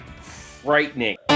frightening